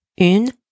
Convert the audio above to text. une